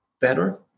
better